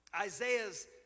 Isaiah's